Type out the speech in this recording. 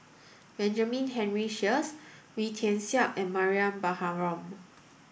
Benjamin Henry Sheares Wee Tian Siak and Mariam Baharom